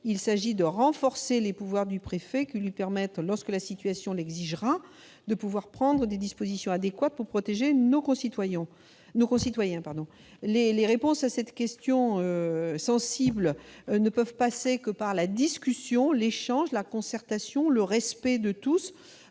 Il s'agit de renforcer les pouvoirs du préfet, qui lui permettent, lorsque la situation l'exigera, de prendre des dispositions adéquates pour protéger nos concitoyens. Les réponses à cette question sensible ne peuvent passer que par la discussion, l'échange, la concertation, le respect de tous.